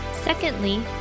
Secondly